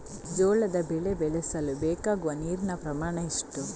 ಜೋಳದ ಬೆಳೆ ಬೆಳೆಸಲು ಬೇಕಾಗುವ ನೀರಿನ ಪ್ರಮಾಣ ಎಷ್ಟು?